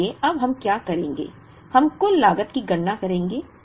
इसलिए अब हम क्या करेंगे हम कुल लागत की गणना करेंगे